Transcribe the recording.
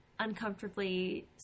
uncomfortably